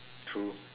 true